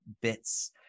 bits